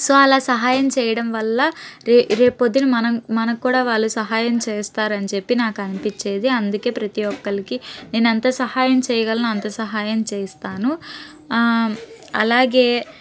so అలా సహయం చేయడం వల్ల రే రే పొద్దున్న మనం మనకి కూడా వాళ్ళు సహాయం చేస్తారనీ చెప్పి నాకు అనిపించేది అందుకే ప్రతీ ఒక్కళ్ళకి నేను ఎంత సహాయం చేయగలనో అంత సహాయం చేస్తాను అలాగే